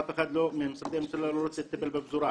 אף אחד ממשרדי הממשלה לא רוצה לטפל בפזורה,